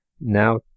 now